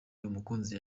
mukunzi